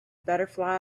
butterfly